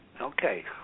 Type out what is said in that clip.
Okay